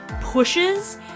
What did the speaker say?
pushes